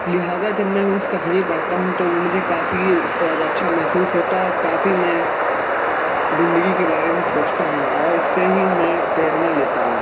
لہٰذا جب میں اس کہانی پڑھتا ہوں تو وہ مجھے کافی زیادہ اچھا محسوس ہوتا ہے اور کافی میں زندگی کے بارے میں سوچتا ہوں اور اس سے ہی میں پریڑنا لیتا ہوں